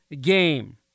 game